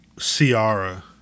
Ciara